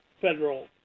federal